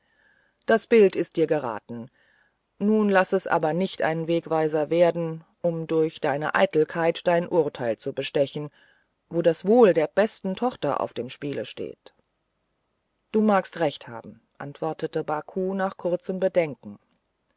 das bild ist dir geraten nun laß es aber nicht ein wegweiser werden um durch deine eitelkeit dein urteil zu bestechen wo das wohl der besten tochter auf dem spiele steht du magst recht haben antwortete baku nach kurzem bedenken